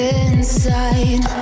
inside